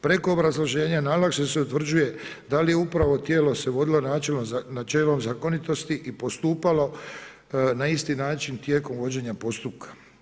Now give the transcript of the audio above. Preko obrazloženja najlakše se utvrđuje da li je upravo tijelo se vodilo načelom zakonitosti i postupalo na isti način tijekom vođenja postupka.